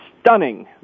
stunning